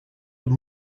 were